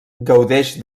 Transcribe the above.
gaudeix